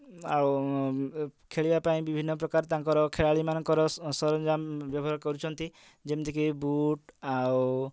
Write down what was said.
ଆଉ ଖେଳିବା ପାଇଁ ବିଭିନ୍ନ ପ୍ରକାର ତାଙ୍କର ଖେଳାଳି ମାନଙ୍କର ସରଞ୍ଜାମ ବ୍ୟବହାର କରୁଛନ୍ତି ଯେମିତିକି ବୁଟ୍ ଆଉ